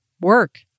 work